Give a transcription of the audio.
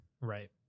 Right